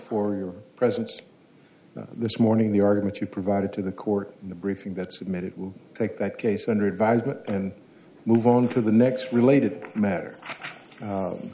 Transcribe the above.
for your presence this morning the arguments you provided to the court in the briefing that submitted will take that case under advisement and move on to the next related matter